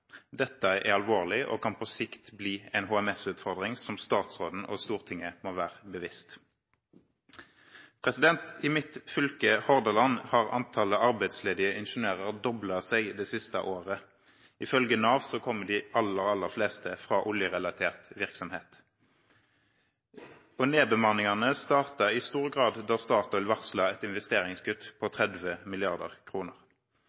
Dette er alvorlig og kan på sikt bli en HMS-utfordring som statsråden og Stortinget må være seg bevisst. I mitt fylke, Hordaland, har antallet arbeidsledige ingeniører doblet seg det siste året. Ifølge Nav kommer de aller fleste fra oljerelatert virksomhet. Nedbemanningene startet i stor grad da Statoil varslet et investeringskutt på